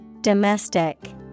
Domestic